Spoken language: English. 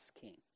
King